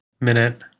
minute